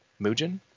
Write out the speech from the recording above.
Mugen